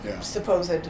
supposed